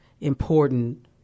important